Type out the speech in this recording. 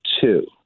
two